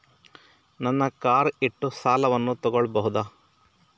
ನನ್ನ ಕಾರ್ ಇಟ್ಟು ಸಾಲವನ್ನು ತಗೋಳ್ಬಹುದಾ?